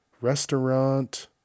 Restaurant